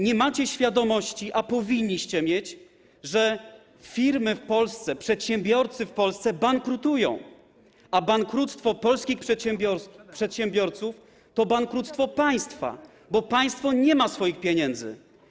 Nie macie świadomości, a powinniście mieć, że firmy w Polsce, przedsiębiorcy w Polsce bankrutują, a bankructwo polskich przedsiębiorców to bankructwo państwa, bo państwo nie ma swoich pieniędzy.